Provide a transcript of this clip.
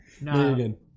No